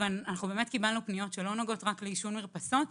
ובאמת קיבלנו פניות שלא נוגעות רק לעישון במרפסות.